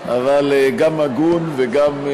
אבל גם הגון, וגם,